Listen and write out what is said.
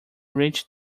reach